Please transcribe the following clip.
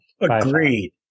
Agreed